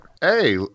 hey